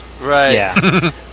Right